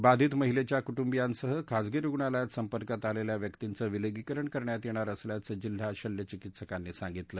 बाधित महिलघ्या कुटुंबियांसह खाजगी रुग्णालयात संपर्कात आलखा व्यक्तींच विलगीकरण करण्यात यणिर असल्याचं जिल्हा शल्यचिकित्सकांनी सांगितलं